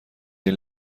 این